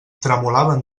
tremolaven